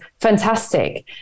fantastic